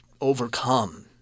overcome